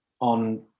on